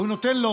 והוא נותן לו